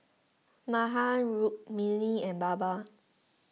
Mahan Rukmini and Baba